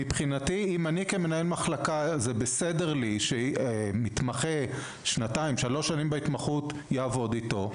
אם לי כמנהל מחלקה זה בסדר שמתמחה שעבר שנתיים-שלוש בהתמחות יעבוד איתו,